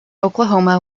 oklahoma